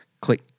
click